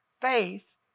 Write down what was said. faith